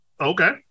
Okay